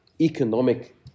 economic